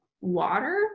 Water